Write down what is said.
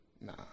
Nah